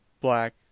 Black